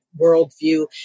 worldview